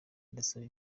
irasaba